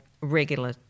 regular